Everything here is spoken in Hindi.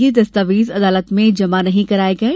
ये दस्तावेज अदालत को जमा नहीं कराये गये